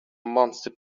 monster